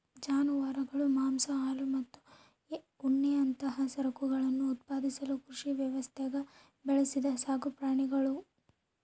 ಜಾನುವಾರುಗಳು ಮಾಂಸ ಹಾಲು ಮತ್ತು ಉಣ್ಣೆಯಂತಹ ಸರಕುಗಳನ್ನು ಉತ್ಪಾದಿಸಲು ಕೃಷಿ ವ್ಯವಸ್ಥ್ಯಾಗ ಬೆಳೆಸಿದ ಸಾಕುಪ್ರಾಣಿಗುಳು